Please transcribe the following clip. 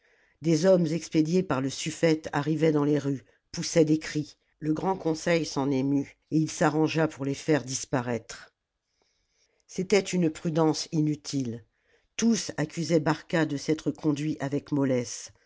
des hommes expédiés par le sufïete arrivaient dans les rues poussaient des cris le grand conseil s'en émut et il s'arrangea pour les faire disparaître c'était une prudence inutile tous accusaient barca de s'être conduit avec mollesse